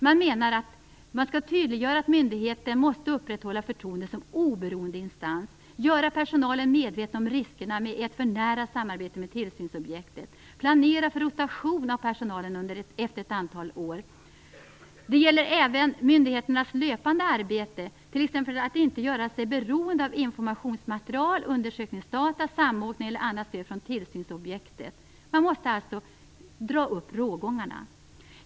Man menar att - det skall tydliggöras att myndigheten måste upprätthålla förtroendet som oberoende instans, - personalen skall göras medveten om riskerna med ett för nära samarbete med tillsynsobjektet och - att det skall planeras för rotation av personalen efter ett antal år. Det gäller även myndigheternas löpande arbete, t.ex. att inte göra sig beroende av informationsmaterial, undersökningsdata, samåkning eller annat stöd från tillsynsobjektet.